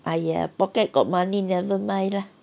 !aiya! pocket got money never mind lah